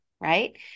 Right